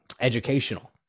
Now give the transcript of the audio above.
educational